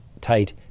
tight